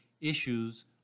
issues